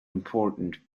important